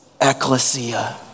ecclesia